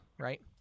right